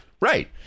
Right